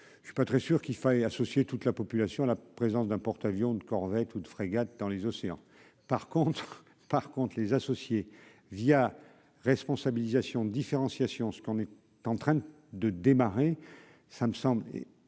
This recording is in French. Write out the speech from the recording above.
je suis pas très sûr qu'il faille associer toute la population à la présence d'un porte-avions de corvette ou de frégates dans les océans, par contre, par contre, les associés via responsabilisation différenciation ce qu'on est en train de démarrer, ça me semble